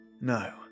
No